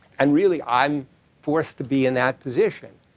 and really i'm forced to be in that position,